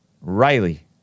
Riley